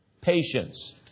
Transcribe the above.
patience